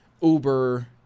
Uber